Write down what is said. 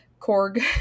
Korg